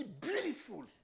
Beautiful